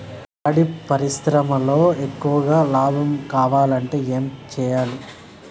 పాడి పరిశ్రమలో ఎక్కువగా లాభం కావాలంటే ఏం చేయాలి?